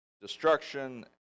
destruction